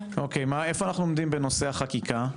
איפה אנחנו עומדים בנושא החקיקה שביקשנו?